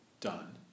done